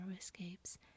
escapes